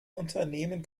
unternehmen